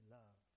love